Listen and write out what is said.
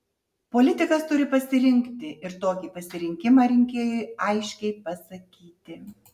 politikas turi pasirinkti ir tokį pasirinkimą rinkėjui aiškiai pasakyti